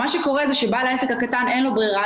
מה שקורה זה שבעל העסק הקטן אין לו ברירה,